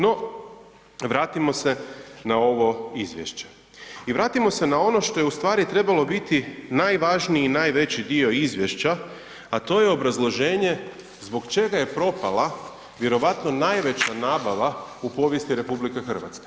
No, vratimo se na ovo izvješće i vratimo se na ono što je u stvari trebalo biti najvažniji i najveći dio izvješća, a to je obrazloženje, zbog čega je propala, vjerojatno najveća nabava u povijesti RH.